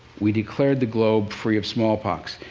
we declared the globe free of smallpox.